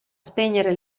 spegnere